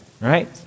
right